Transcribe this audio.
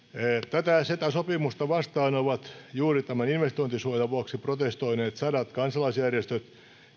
tätä ceta sopimusta vastaan ovat juuri tämän investointisuojan vuoksi protestoineet sadat kansalaisjärjestöt